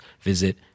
visit